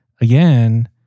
again